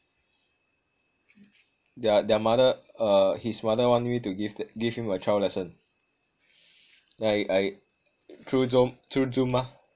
their their mother uh his mother want me to give him give him a trial lesson then I I through zom through zoom mah